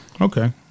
Okay